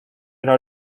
era